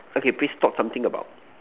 okay please talk something about